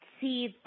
See